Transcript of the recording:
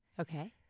Okay